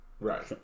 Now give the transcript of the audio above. Right